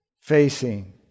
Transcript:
facing